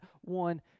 one